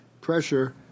pressure